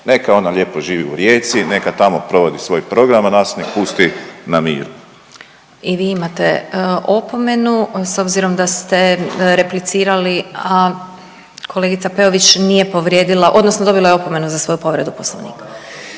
Neka ona lijepo živi u Rijeci, neka tamo provodi svoj program, a nas nek' pusti na miru. **Glasovac, Sabina (SDP)** I vi imate opomenu. S obzirom da ste replicirali, a kolegica Peović nije povrijedila, odnosno dobila je opomenu za svoju povredu Poslovnika.